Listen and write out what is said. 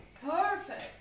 Perfect